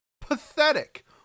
Pathetic